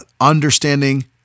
Understanding